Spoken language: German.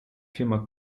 firma